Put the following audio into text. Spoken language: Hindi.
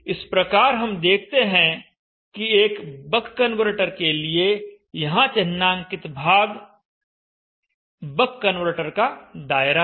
इस प्रकार हम देखते हैं कि एक बक कन्वर्टर के लिए यहाँ चिह्नांकित भाग बक कन्वर्टर का दायरा है